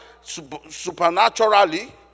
supernaturally